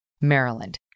maryland